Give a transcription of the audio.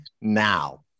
now